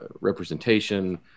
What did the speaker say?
representation